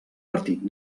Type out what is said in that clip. partit